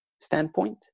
standpoint